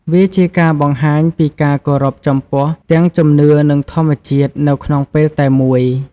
វាជាការបង្ហាញពីការគោរពចំពោះទាំងជំនឿនិងធម្មជាតិនៅក្នុងពេលតែមួយ។